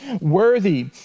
worthy